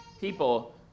people